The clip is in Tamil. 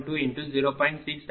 3719 0